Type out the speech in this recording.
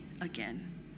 again